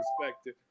perspective